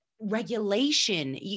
regulation